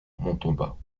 montauban